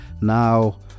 Now